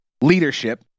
leadership